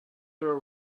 were